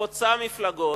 חוצה מפלגות,